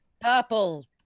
purple